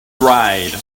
dried